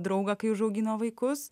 draugą kai užaugino vaikus